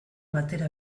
batera